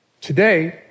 Today